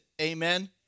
amen